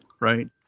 right